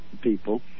people